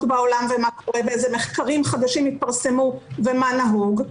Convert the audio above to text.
בעולם ומה קורה ואיזה מחקרים חדשים התפרסמו ומה נהוג,